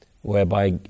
whereby